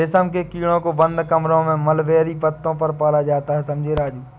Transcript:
रेशम के कीड़ों को बंद कमरों में मलबेरी पत्तों पर पाला जाता है समझे राजू